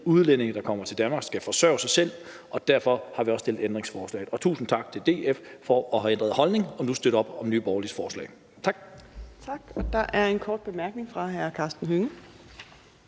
Udlændinge, der kommer til Danmark, skal forsørge sig selv, og derfor har vi stillet ændringsforslaget. Tusind tak til DF for at have ændret holdning og nu at støtte op om Nye Borgerliges forslag. Tak.